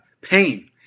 pain